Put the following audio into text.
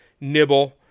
nibble